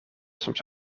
soms